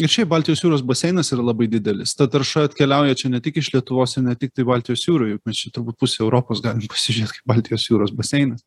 ir šiaip baltijos jūros baseinas ir labai didelis ta tarša atkeliauja čia ne tik iš lietuvos ir ne tiktai baltijos jūroj nes čia turbūt pusė europos galim pasižiūrėt kaip baltijos jūros baseinas